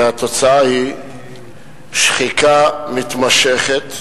והתוצאה היא שחיקה מתמשכת,